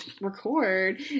record